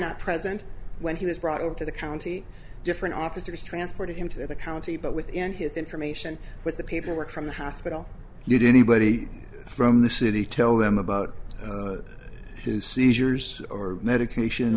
not present when he was brought over to the county different officers transported him to the county but within his information with the paperwork from the hospital you do anybody from the city tell them about his seizures or medication